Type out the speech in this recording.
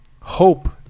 hope